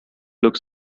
look